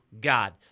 God